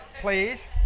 please